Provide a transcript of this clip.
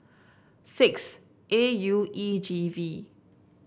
six A U E G V